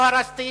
לא הרסתי,